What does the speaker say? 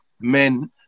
Men